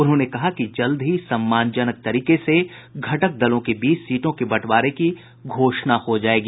उन्होंने कहा कि जल्द ही सम्मानजनक तरीके से घटक दलों के बीच सीटों के बंटवारे की घोषणा हो जायेगी